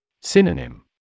Synonym